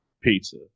Pizza